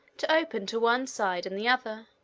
to open to one side and the other,